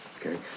Okay